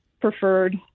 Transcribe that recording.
preferred